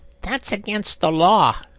that's against the law.